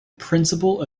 principle